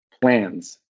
plans